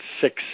six